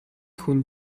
хүн